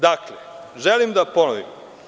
Dakle, želim da ponovim.